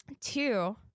Two